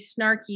snarky